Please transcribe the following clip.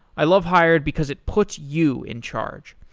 i love hired because it puts you in charge.